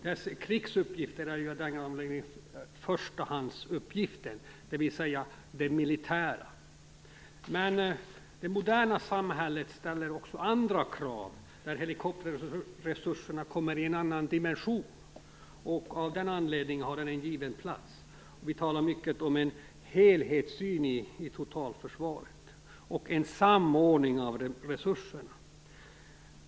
Deras krigsuppgifter - dvs. de militära - är av den anledningen förstahandsuppgiften. Det moderna samhället ställer också andra krav, där helikopterresurserna kommer i en annan dimension. Av den anledningen har verksamheten en given plats. Vi talar mycket om en helhetssyn i totalförsvaret och om en samordning av resurserna.